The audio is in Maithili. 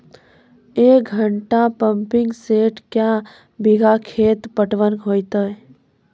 एक घंटा पंपिंग सेट क्या बीघा खेत पटवन है तो?